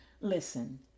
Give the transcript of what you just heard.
Listen